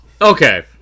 Okay